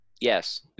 Yes